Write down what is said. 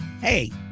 Hey